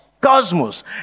Cosmos